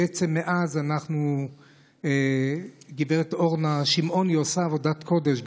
מאז גב' אורנה שמעוני עושה עבודת קודש.